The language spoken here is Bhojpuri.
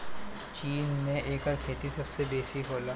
चीन में एकर खेती सबसे बेसी होला